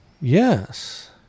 Yes